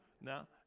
Now